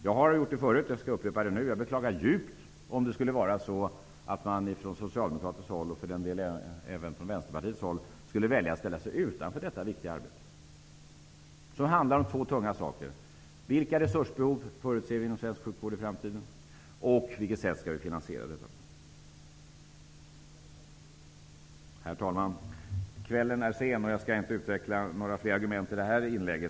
Jag har tidigare djupt beklagat, och jag upprepar det nu, om det skulle bli så att man från socialdemokratiskt håll, och för den delen även från Vänsterpartiets håll, skulle välja att ställa sig utanför detta viktiga arbete. Det handlar om två tunga frågor. Vilka resursbehov förutser vi inom svensk sjukvård i framtiden? Vilket sätt skall vi finansiera det här på? Herr talman! Kvällen är sen och jag skall inte utveckla några fler argument i detta inlägg.